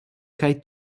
kaj